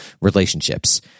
relationships